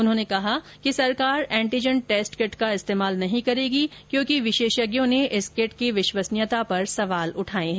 उन्होंने कहा कि सरकार एन्टीजन टेस्ट किट का इस्तेमाल नहीं करेगी क्योंकि विशेषज्ञों ने इस किट की विश्वसनीयता पर सवाल उठाए हैं